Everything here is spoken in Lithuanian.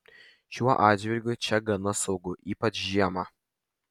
šiuo atžvilgiu čia gana saugu ypač žiemą